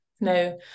No